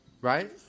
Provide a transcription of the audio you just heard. right